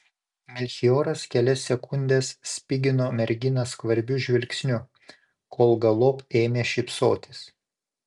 melchioras kelias sekundes spigino merginą skvarbiu žvilgsniu kol galop ėmė šypsotis